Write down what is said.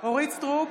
אורית מלכה סטרוק,